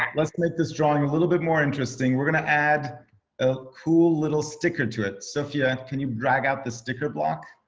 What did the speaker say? um let's make this drawing a little bit more interesting. we're gonna add a cool little sticker to it. sofia, can you drag out the sticker block?